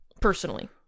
personally